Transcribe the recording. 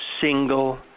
single